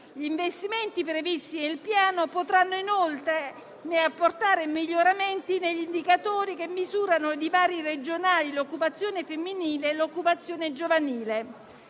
gli investimenti previsti nel Piano potranno inoltre apportare miglioramenti negli indicatori che misurano i divari regionali e l'occupazione femminile e giovanile;